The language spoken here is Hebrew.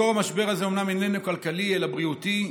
מקור המשבר הזה אומנם איננו כלכלי אלא בריאותי,